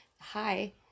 hi